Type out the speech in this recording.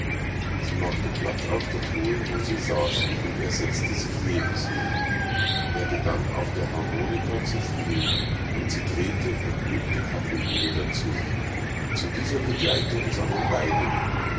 sie machte platz auf der truhe wo sie saß und er setzte sich neben sie er begann auf der harmonika zu spielen und sie drehte vergnügt die kaffeemühle dazu zu dieser begleitung sangen beide